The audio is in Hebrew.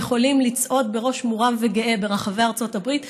יכולים לצעוד בראש מורם וגאה ברחבי ארצות הברית,